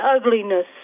ugliness